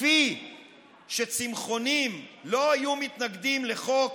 כפי שצמחונים לא היו מתנגדים לחוק